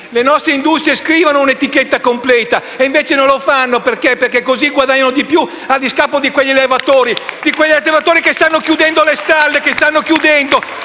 le nostre industrie scrivano un'etichetta completa, e invece non lo fanno perché così guadagnano di più, a discapito di quegli allevatori che stanno chiudendo le stalle, che sono